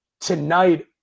Tonight